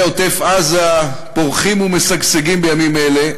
עוטף-עזה פורחים ומשגשגים בימים אלה.